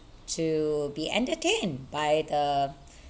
to be entertained by the